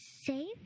safe